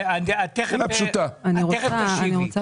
את התכף תשיבי.